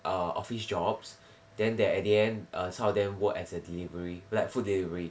uh office jobs then that at the end err some of them work as a delivery like food delivery